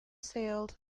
sailed